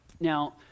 Now